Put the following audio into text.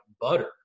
butter